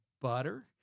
butter